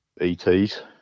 ets